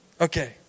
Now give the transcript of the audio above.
Okay